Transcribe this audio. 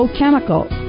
chemicals